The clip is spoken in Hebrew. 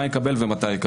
מה יקבל ומתי יקבל.